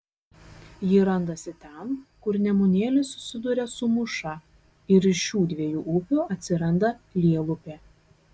ji randasi ten kur nemunėlis susiduria su mūša ir iš šių dviejų upių atsiranda lielupė